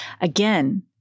Again